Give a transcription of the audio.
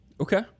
Okay